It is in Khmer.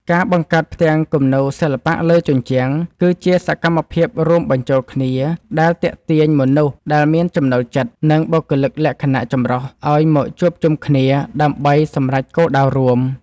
ការបង្កើតផ្ទាំងគំនូរសិល្បៈលើជញ្ជាំង គឺជាសកម្មភាពរួមបញ្ចូលគ្នាដែលទាក់ទាញមនុស្សដែលមានចំណូលចិត្ត និងបុគ្គលិកលក្ខណៈចម្រុះឱ្យមកជួបជុំគ្នាដើម្បីសម្រេចគោលដៅរួម។